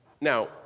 Now